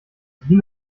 die